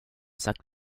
sagt